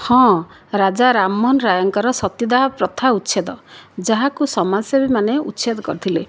ହଁ ରାଜାରାମମୋହନ ରାୟଙ୍କର ସତୀଦାହ ପ୍ରଥା ଉଚ୍ଛେଦ ଯାହାକୁ ସମାଜସେବୀମାନେ ଉଚ୍ଛେଦ କରିଥିଲେ